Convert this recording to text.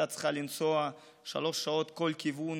הייתה צריכה לנסוע שלוש שעות לכל כיוון